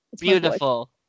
Beautiful